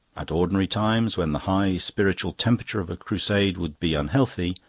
at ordinary times, when the high spiritual temperature of a crusade would be unhealthy,